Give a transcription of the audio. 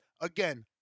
Again